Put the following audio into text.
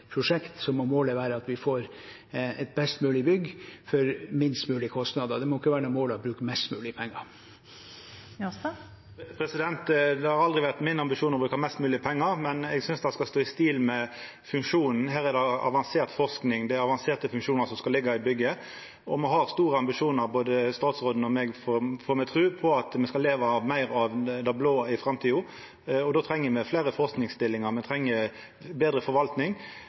prosjekt må målet være at vi får et best mulig bygg til minst mulig kostnader. Det må ikke være noe mål å bruke mest mulig penger. Det har aldri vore min ambisjon å bruka mest mogleg pengar, men eg synest at det skal stå i stil med funksjonen. Her er det avansert forsking, det er avanserte funksjonar som skal liggja i bygget. Me har store ambisjonar, både statsråden og eg, får me tru, om at me skal leva meir av det blå i framtida. Då treng me fleire forskingsstillingar, ein treng betre